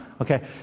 Okay